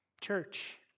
Church